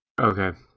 Okay